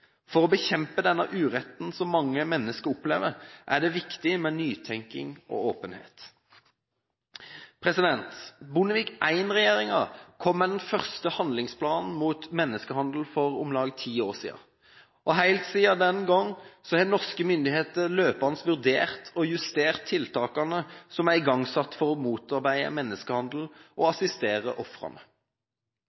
For å bekjempe denne uretten som mange mennesker opplever, er det viktig med nytenking og åpenhet. Bondevik II-regjeringen kom med den første handlingsplanen mot menneskehandel for om lag ti år siden, og helt siden den gang har norske myndigheter løpende vurdert og justert tiltakene som er igangsatt for å motarbeide menneskehandel og